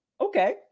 Okay